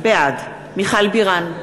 בעד מיכל בירן,